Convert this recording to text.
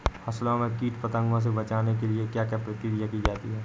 फसलों को कीट पतंगों से बचाने के लिए क्या क्या प्रकिर्या की जाती है?